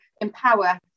empower